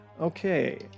okay